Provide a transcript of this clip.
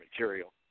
material